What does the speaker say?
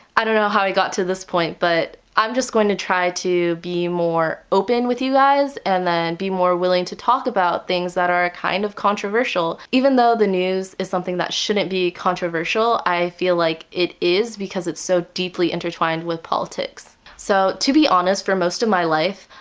i don't know how i got to this point but i'm just going to try to be more open with you guys and be more willing to talk about things that are kind of controversial. even though the news is something that shouldn't be controversial, i feel like it is because it's so deeply intertwined with politics. so to be honest, for most of my life,